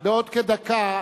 בעוד כדקה,